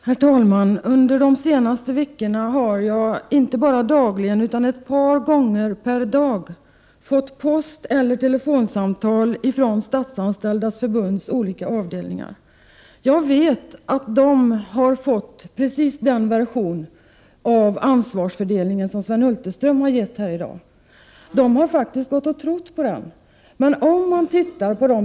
Herr talman! Under de senaste veckorna har jag inte bara dagligen utan ett par gånger per dag fått post eller telefonsamtal från Statsanställdas förbunds olika avdelningar. Jag vet att de har fått precis den version av ansvarsfördelningen som Sven Hulterström har givit här i dag, och de har faktiskt trott på den.